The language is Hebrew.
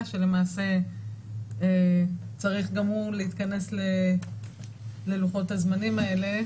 שלמעשה צריך גם הוא להתכנס ללוחות זמנים האלה.